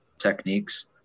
techniques